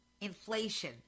inflation